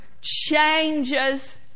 changes